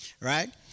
right